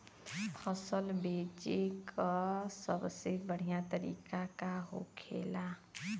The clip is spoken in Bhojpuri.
फसल बेचे का सबसे बढ़ियां तरीका का होखेला?